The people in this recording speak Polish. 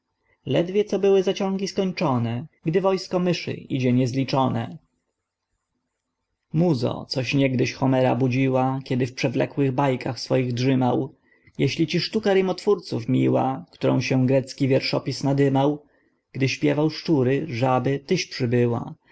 ledwo co były zaciągi skończone gdy wojsko myszy idzie niezliczone muzo coś niegdyś homera budziła kiedy w przewlekłych bajkach swoich drzymał jeśli ci sztuka rymotworców miła którą się grecki wierszopis nadymał gdy śpiewał szczury żaby tyś przybyła